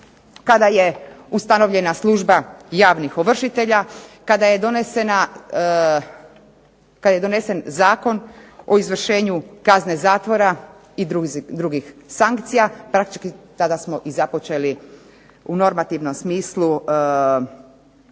kada je ustanovljena služba Javnih ovršitelja, kada je donesen Zakon o izvršenju kazne zatvora i drugih sankcija, praktički tada smo započeli u normativnom smislu